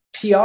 PR